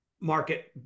market